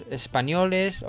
españoles